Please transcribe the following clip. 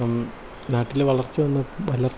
ഇപ്പം നാട്ടിൽ വളർച്ച വന്നപ്പം